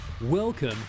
Welcome